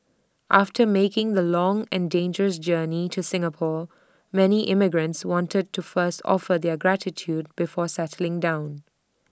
after making the long and dangerous journey to Singapore many immigrants wanted to first offer their gratitude before settling down